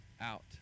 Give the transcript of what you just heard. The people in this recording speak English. out